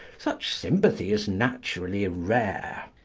such sympathy is naturally rare,